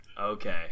Okay